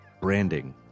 Branding